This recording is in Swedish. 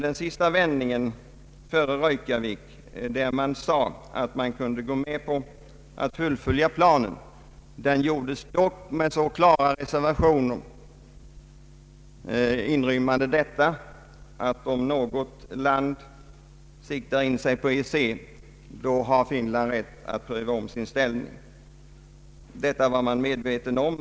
Den sista vändningen, före Reykjavik, när Finland sade sig kunna gå med på att fullfölja planen, gjordes det dock med mycket klara reservationer, inrymmande att om något land upptog överläggningar med EEC då förbehöll sig Finland rätt att pröva om sin ställning. Detta var man på svensk sida medveten om.